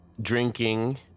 drinking